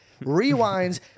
rewinds